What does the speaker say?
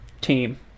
team